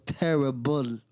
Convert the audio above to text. terrible